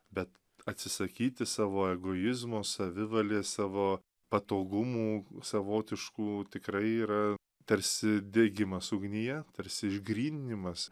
bet atsisakyti savo egoizmo savivalės savo patogumų savotiškų tikrai yra tarsi degimas ugnyje tarsi išgryninimas